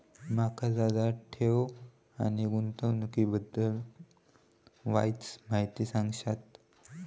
माका जरा ठेव आणि गुंतवणूकी बद्दल वायचं माहिती सांगशात?